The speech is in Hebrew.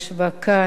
כפי שאמרתי,